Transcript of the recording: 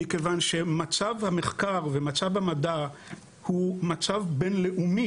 מכיוון שמצב המחקר ומצב המדע הוא מצב בין-לאומי